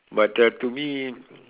but uh to me